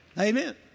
Amen